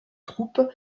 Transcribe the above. troupes